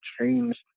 changed